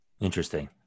interesting